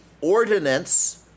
ordinance